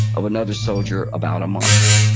of another soldier, about a month.